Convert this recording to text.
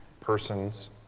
persons